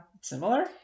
Similar